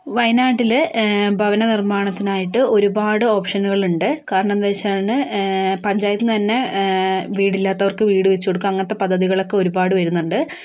വയനാട്ടില് ഭവനനിർമാണത്തിനായിട്ടു ഒരുപാട് ഓപ്ഷനുകൾ ഉണ്ട് കരണമെന്താന്നുവെച്ചാല് പഞ്ചായത്ത് തന്നെ വീടില്ലാത്തവർക്ക് വീട് വച്ച് കൊടുക്കുക അങ്ങനത്തെ പദ്ധതികളൊക്കെ ഒരുപാട് വരുന്നുണ്ട്